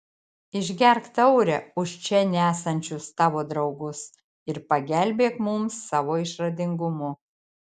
išgerk taurę už čia nesančius tavo draugus ir pagelbėk mums savo išradingumu